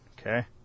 okay